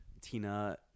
Tina